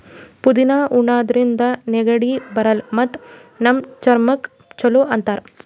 ಪುದಿನಾ ಉಣಾದ್ರಿನ್ದ ನೆಗಡಿ ಬರಲ್ಲ್ ಮತ್ತ್ ನಮ್ ಚರ್ಮಕ್ಕ್ ಛಲೋ ಅಂತಾರ್